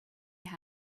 your